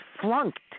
flunked